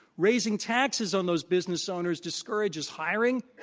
raising taxes on those business owners discourages hiring,